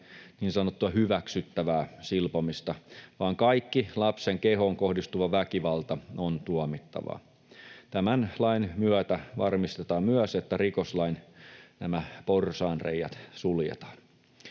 niin sanottua hyväksyttävää silpomista, vaan kaikki lapsen kehoon kohdistuva väkivalta on tuomittavaa. Tämän lain myötä varmistetaan myös, että nämä rikoslain porsaanreiät suljetaan.